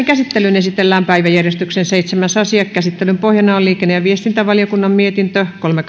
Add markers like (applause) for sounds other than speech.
(unintelligible) käsittelyyn esitellään päiväjärjestyksen seitsemäs asia käsittelyn pohjana on liikenne ja viestintävaliokunnan mietintö kolme (unintelligible)